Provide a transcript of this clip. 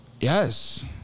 Yes